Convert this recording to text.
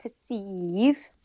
perceive